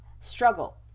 struggle